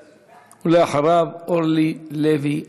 ואחריו, אורלי לוי אבקסיס.